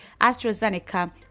AstraZeneca